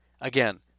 Again